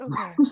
Okay